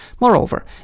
Moreover